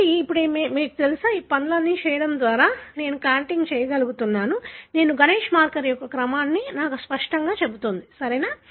కాబట్టి మీకు తెలుసా ఈ పనులన్నీ చేయడం ద్వారా నేను కాంటిగ్ చేయగలుగుతున్నాను ఇది గణేష్ మార్కర్ యొక్క క్రమం అని నాకు స్పష్టంగా చెబుతుంది సరేనా